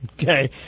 Okay